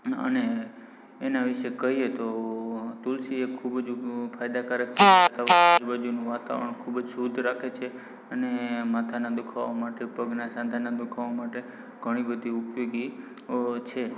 અને એનાં વિષે કહીએ તો તુલસી એક ખૂબ જ ફાયદાકારક છે તે વાતાવરણ ખૂબ જ શુદ્ધ રાખે છે અને માથાનાં દુઃખાવા માટે પગના સાંધાના દુઃખાવા માટે ઘણી બધી ઉપયોગી અ છે